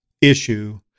issue